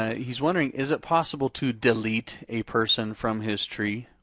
he's wondering, is it possible to delete a person from his tree?